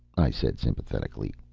i said sympathetically.